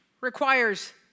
requires